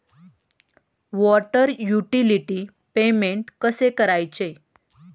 Water utility payment कसे करायचे?